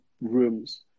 rooms